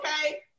okay